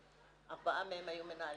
שארבעה מהם היו מנהלים,